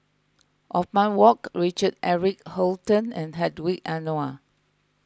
Othman Wok Richard Eric Holttum and Hedwig Anuar